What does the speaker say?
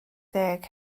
deg